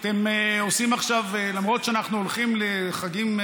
למרות שאנחנו הולכים לחגים,